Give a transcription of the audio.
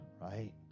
right